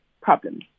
problems